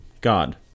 God